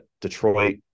detroit